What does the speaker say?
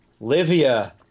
Livia